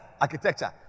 architecture